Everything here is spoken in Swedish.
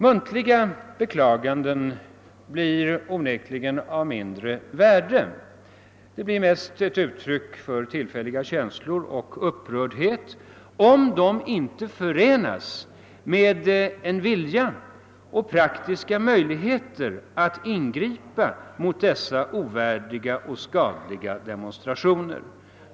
Muntliga beklaganden är onekligen av mindre värde; de blir mest ett uttryck för tillfälliga känslor och upprördhet, om de inte förenas med en vilja att upprätthålla praktiska möjligheter att ingripa mot dessa ovärdiga och skadliga demonstrationer.